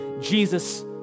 Jesus